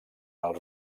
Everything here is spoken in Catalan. els